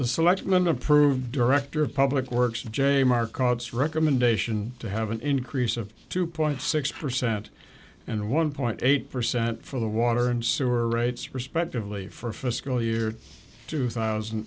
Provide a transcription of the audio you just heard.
the selectmen approved director of public works j m r cards recommendation to have an increase of two point six percent and one point eight percent for the water and sewer rates respectively for fiscal year two thousand